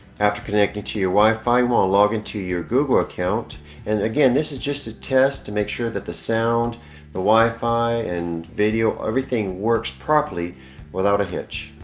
after connecting to your wi-fi well log into your google account and again this is just a test to make sure that the sound the wi-fi and video everything works properly without a hitch